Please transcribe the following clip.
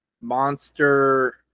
Monster